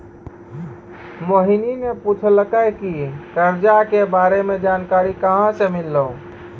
मोहिनी ने पूछलकै की करजा के बारे मे जानकारी कहाँ से मिल्हौं